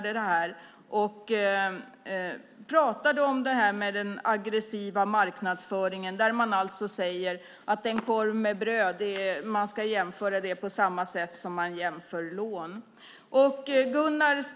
De har pratat om den aggressiva marknadsföringen, till exempel att ett lån ska jämföras på samma sätt som man jämför en korv med bröd.